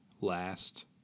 last